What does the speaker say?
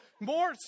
more